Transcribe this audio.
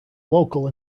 local